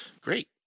Great